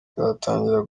izatangira